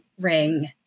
ring